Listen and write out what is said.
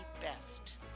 Best